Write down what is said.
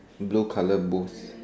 blue colour booth